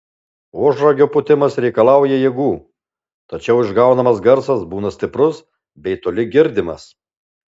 ožragio pūtimas reikalauja jėgų tačiau išgaunamas garsas būna stiprus bei toli girdimas